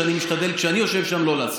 שאני משתדל כשאני יושב שם לא לעשות.